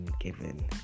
given